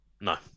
No